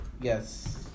Yes